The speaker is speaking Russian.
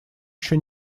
еще